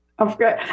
okay